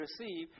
receive